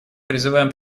призываем